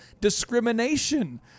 discrimination